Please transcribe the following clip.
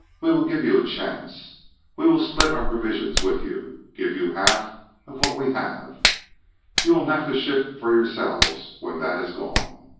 we will give you a chance we will split our provisions with you give you half of what we have you will have to shift for yourselves when that is gone.